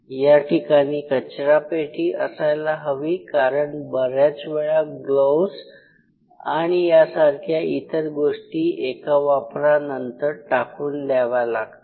याठिकाणी कचरापेटी असायला हवी कारण बऱ्याच वेळा ग्लोवज आणि यासारख्या इतर गोष्टी एका वापरानंतर टाकून द्याव्या लागतात